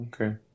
Okay